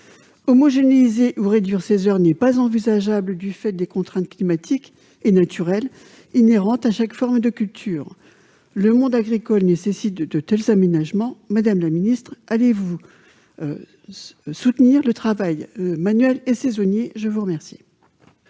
Homogénéiser ou réduire ces heures n'est pourtant pas envisageable, en raison des contraintes climatiques et naturelles inhérentes à chaque forme de culture. Le monde agricole nécessite de tels aménagements. Le Gouvernement va-t-il soutenir le travail manuel et saisonnier ? La parole